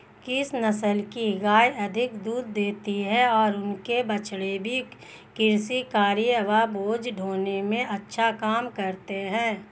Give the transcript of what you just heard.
किस नस्ल की गायें अधिक दूध देती हैं और इनके बछड़े भी कृषि कार्यों एवं बोझा ढोने में अच्छा काम करते हैं?